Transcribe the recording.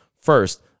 first